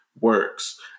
works